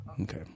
Okay